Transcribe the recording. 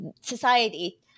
society